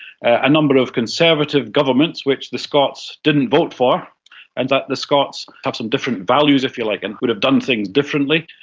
a number of conservative governments which the scots didn't vote for and that the scots have some different values, if you like, and would have done things differently.